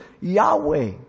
Yahweh